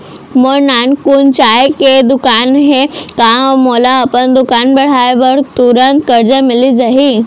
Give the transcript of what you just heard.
मोर नानकुन चाय के दुकान हे का मोला अपन दुकान बढ़ाये बर तुरंत करजा मिलिस जाही?